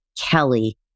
Kelly